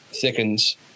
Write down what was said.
thickens